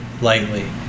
lightly